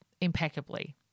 impeccably